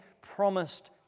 promised